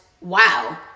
wow